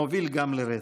מוביל גם לרצח.